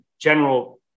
general